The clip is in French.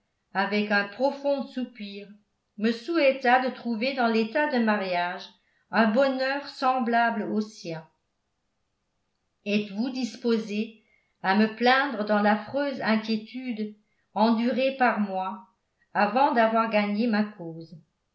avec un profond soupir me souhaita de trouver dans l'état de mariage un bonheur semblable au sien êtes-vous disposée à me plaindre dans l'affreuse inquiétude endurée par moi avant d'avoir gagné ma cause